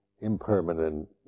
impermanent